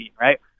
right